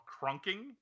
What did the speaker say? Crunking